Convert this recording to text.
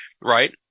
right